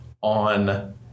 on